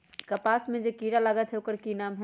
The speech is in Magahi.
कपास में जे किरा लागत है ओकर कि नाम है?